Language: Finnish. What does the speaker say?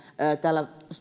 täällä